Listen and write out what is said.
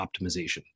optimization